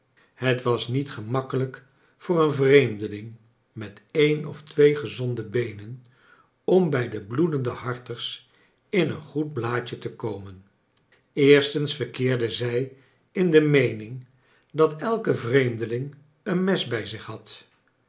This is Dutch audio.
het was niet gemakkelijk voor een vreemdeling met een of twee gezonde beenen om bij de bloedendeharters in een goed blaadje te komen eerstens verkeerden zij in de meening dat elke vreemdeling een mes bij zich had